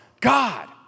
God